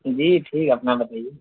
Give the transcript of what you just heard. جی ٹھیک ہے اپنا بتائیے